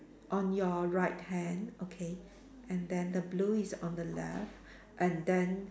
on your right hand okay then the blue is on the left and then